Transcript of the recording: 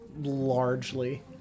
largely